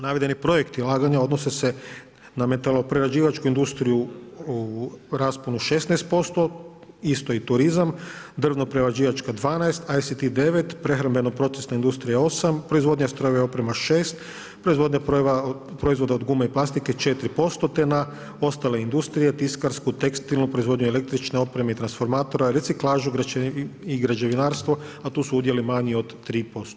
Navedeni projekti ulaganja odnose se na metaloprerađivačku industriju u rasponu 16% isto i turizam, drvno prerađivačka 12%, ICT 9, prehrambeno procesna industrija 8, proizvodnja strojeva i oprema 6, proizvodnja proizvoda od gume i plastike 4% te na ostale industrije tiskarsku, tekstilnu, proizvodnju električne opreme i transformatora, reciklažu i građevinarstvo, a tu su udjeli manji od 3%